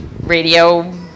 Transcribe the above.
radio